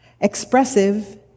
expressive